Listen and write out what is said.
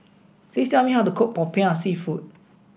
please tell me how to cook Popiah Seafood